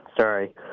Sorry